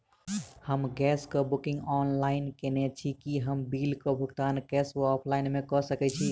हम गैस कऽ booking online केने छी, की हम बिल कऽ भुगतान कैश वा ऑफलाइन मे कऽ सकय छी?